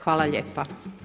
Hvala lijepa.